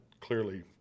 clearly